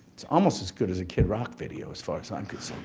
it's almost as good as a kid rock video as far as i'm